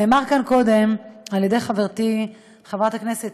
נאמר כאן קודם על ידי חברתי חברת הכנסת